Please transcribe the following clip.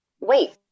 Wait